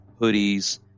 hoodies